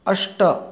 अष्ट